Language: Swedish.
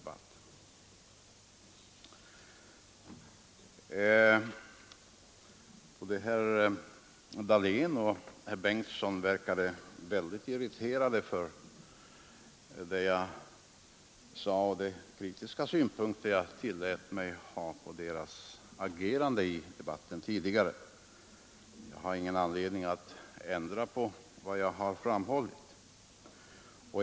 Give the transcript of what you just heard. Både herr Dahlén och herr Bengtson verkade mycket irriterade över de kritiska synpunkter jag tillät mig anlägga på deras agerande i debatten. Jag har ingen anledning att ändra på vad jag har framhållit.